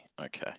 Okay